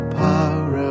power